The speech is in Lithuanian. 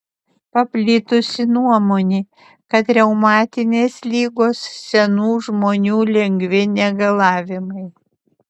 paplitusi nuomonė kad reumatinės ligos senų žmonių lengvi negalavimai